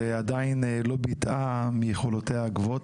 ועדיין לא ביטאה מיכולותיה הגבוהות.